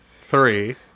three